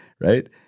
right